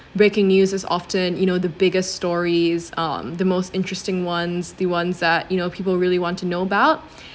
breaking news is often you know the biggest stories or the most interesting ones the ones that you know people really want to know about